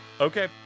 Okay